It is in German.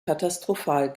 katastrophal